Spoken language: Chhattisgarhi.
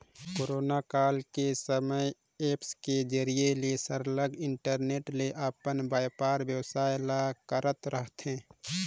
कोरोना काल के समे ऐप के जरिए ले सरलग इंटरनेट ले अपन बयपार बेवसाय ल करत रहथें